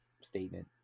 statement